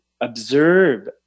observe